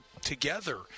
together